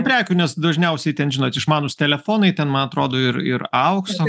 prekių nes dažniausiai ten žinot išmanūs telefonai ten man atrodo ir ir aukso